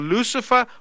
Lucifer